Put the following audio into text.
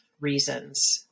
reasons